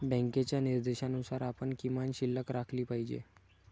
बँकेच्या निर्देशानुसार आपण किमान शिल्लक राखली पाहिजे